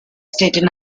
staten